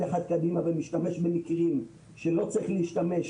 אחד קדימה ומשתמש במקרים שלא צריך להשתמש